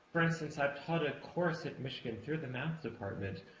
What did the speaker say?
for instance, i've taught a course at michigan, through the math department,